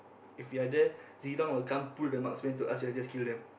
if you are there Zilong will come pull the marksman to us then we will just kill them